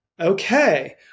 Okay